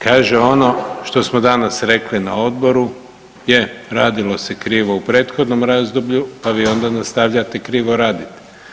Kaže ono što smo danas rekli na odboru, je radilo se krivo u prethodnom razdoblju, pa vi onda nastavljate krivo radit.